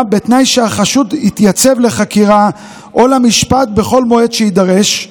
בתנאי שהחשוד יתייצב לחקירה או למשפט בכל מועד שיידרש,